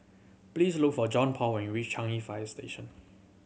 please look for Johnpaul when you reach Changi Fire Station